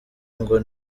ngo